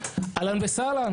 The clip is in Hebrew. אהלן וסהלן,